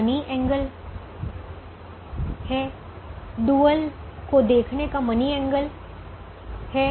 क्या money angle मतलब मौद्रिक कोण है डुअल को देखने का मनी एंगल है